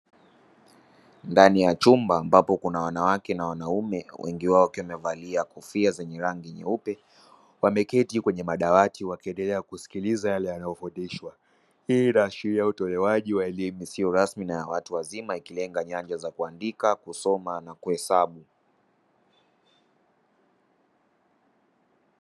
Ndani ya chumba ambapo kuna wanawake na wanaume wengi wao wakiwa wamevalia kofia zenye rangi nyeupe wameketi kwenye madawati wakiendelea kusikiliza yale wanayofundishwa, hii inaashiria utolewaji wa elimu isiyo rasmi na ya watu wazima ikilenga nyanja za kuandika, kusoma na kuhesabu.